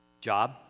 Job